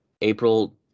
April